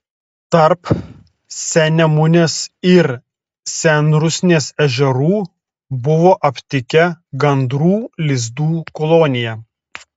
tarp sennemunės ir senrusnės ežerų buvo aptikę gandrų lizdų koloniją